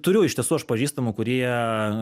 turiu iš tiesų aš pažįstamų kurie